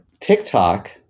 tiktok